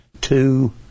Two